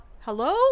hello